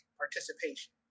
participation